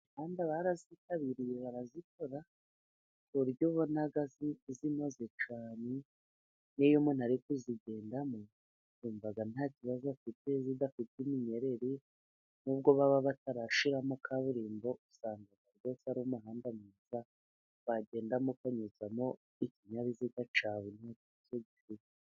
Imihanda barayitabiriye barayikora, ku buryo ubona inoze cyane. N'iyo ari kuyigendamo yumva nta kibazo afite, idafite ubunyereri, n'ubwo baba batarashyiramo kaburimbo usanga rwose ari umahanda mwiza wagendamo ukanyuzamo ikinyabiziga cyawe buri nta soni ufite.